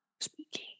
Speaking